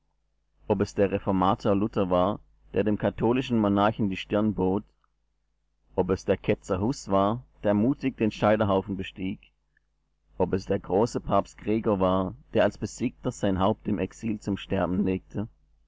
ob es der reformator luther war der dem katholischen monarchen die stirn bot ob es der ketzer hus war der mutig den scheiterhaufen bestieg ob es der große papst gregor war der als besiegter sein haupt im exil zum sterben legte